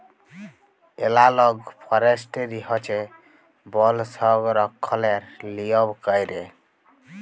এলালগ forestry হছে বল সংরক্ষলের লিয়ম ক্যইরে